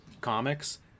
comics